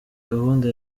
gahunda